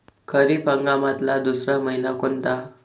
खरीप हंगामातला दुसरा मइना कोनता?